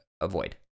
avoid